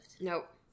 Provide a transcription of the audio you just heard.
Nope